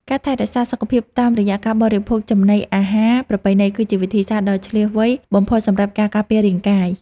ការថែរក្សាសុខភាពតាមរយៈការបរិភោគចំណីអាហារប្រពៃណីគឺជាវិធីសាស្ត្រដ៏ឈ្លាសវៃបំផុតសម្រាប់ការការពាររាងកាយ។